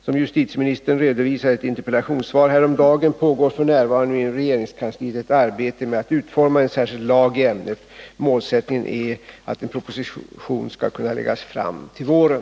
Som justitieministern redovisade i ett interpellationssvar häromdagen pågår f. n. inom regeringskansliet ett arbete med att utforma en särskild lag i ämnet. Målsättningen är att en proposition skall läggas fram till våren.